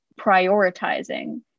prioritizing